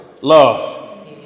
love